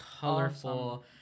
colorful